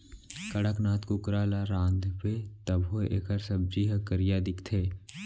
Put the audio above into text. कड़कनाथ कुकरा ल रांधबे तभो एकर सब्जी ह करिया दिखथे